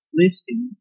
listing